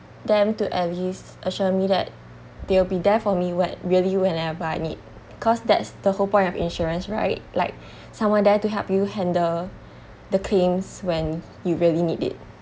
them to at least assure me that they'll be there for me when really whenever I need because that's the whole point of insurance right like someone there to help you handle the claims when you really need it